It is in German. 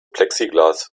plexiglas